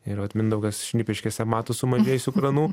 ir vat mindaugas šnipiškėse mato sumažėjusiu kranų